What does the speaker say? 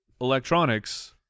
electronics